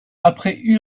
après